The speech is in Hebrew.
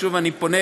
שוב, אני פונה